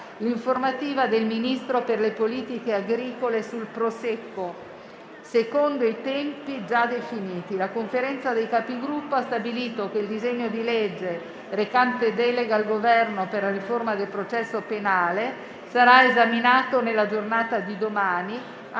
l'informativa del Ministro per le politiche agricole sul Prosecco secondo i tempi già definiti. La Conferenza dei Capigruppo ha stabilito che il disegno di legge recante delega al Governo per la riforma del processo penale sarà esaminato nella giornata di domani,